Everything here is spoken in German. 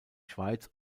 schweiz